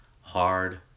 hard